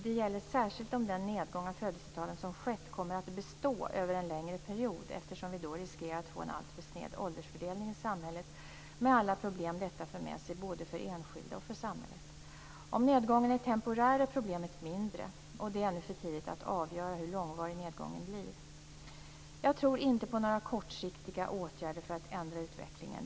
Det gäller särskilt om den nedgång av födelsetalen som skett kommer att bestå över en längre period, eftersom vi då riskerar att få en alltför sned åldersfördelning i samhället, med alla problem detta för med sig både för enskilda och för samhället. Om nedgången är temporär är problemet mindre. Det är ännu för tidigt att avgöra hur långvarig nedgången blir. Jag tror inte på några kortsiktiga åtgärder för att ändra utvecklingen.